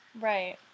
Right